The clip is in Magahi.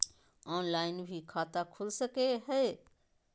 ऑनलाइन भी खाता खूल सके हय?